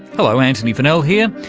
hello, antony funnell here,